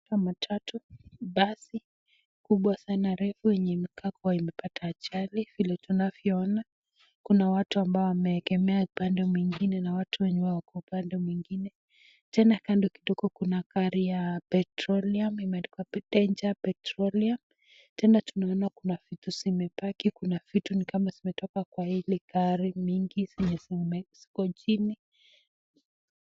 Kama matatu, basi kubwa sana refu yenye inakaa kuwa imepata ajali, vile tunavyoona. Kuna watu ambao wameegemea upande mwingine na watu wenye wako upande mwingine. Tena kando kidogo kuna gari ya petroleum , imeandikwa Danger Petroleum . Tena tunaona kuna vitu zimebaki, kuna vitu ni kama zimetoka kwa hili gari, mingi zenye ziko chini.